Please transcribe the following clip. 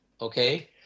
okay